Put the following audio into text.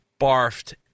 barfed